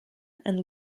and